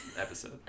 episode